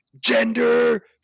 gender